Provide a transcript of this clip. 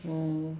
oh